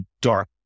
dark